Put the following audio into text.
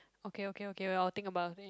okay okay okay I'll think about it